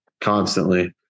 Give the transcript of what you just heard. constantly